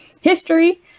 history